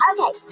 Okay